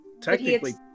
technically